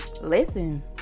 Listen